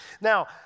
Now